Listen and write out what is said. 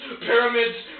pyramids